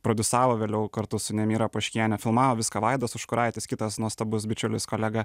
prodiusavo vėliau kartu su nemira poškiene filmavo viską vaidas užkuraitis kitas nuostabus bičiulis kolega